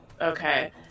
Okay